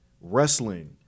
wrestling